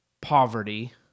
poverty